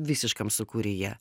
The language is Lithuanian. visiškam sukūryje